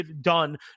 done